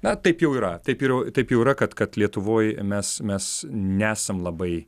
na taip jau yra taip yra taip jau yra kad kad lietuvoj mes mes nesam labai